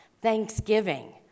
Thanksgiving